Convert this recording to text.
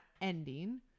ending